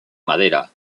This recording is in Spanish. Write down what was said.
madera